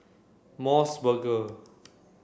MOS burger